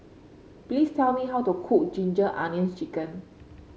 please tell me how to cook Ginger Onions chicken